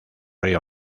río